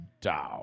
down